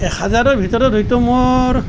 একহাজাৰটাৰ ভিতৰত হয়তো মোৰ